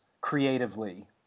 creatively